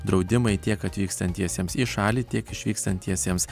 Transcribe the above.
draudimai tiek atvykstantiesiems į šalį tiek išvykstantiesiems